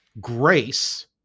Grace